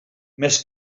més